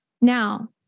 Now